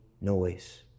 noise